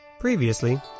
Previously